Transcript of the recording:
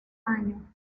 año